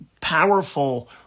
powerful